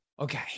Okay